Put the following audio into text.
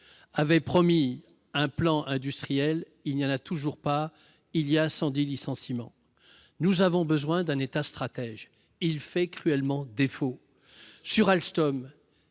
avait promis un plan industriel, il n'y en a toujours pas, mais il y a eu 110 licenciements ! Nous avons besoin d'un État stratège, qui nous fait cruellement défaut. Concernant Alstom,